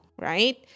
right